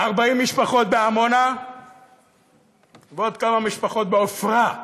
40 משפחות בעמונה ועוד כמה משפחות בעפרה.